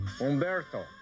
Umberto